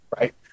right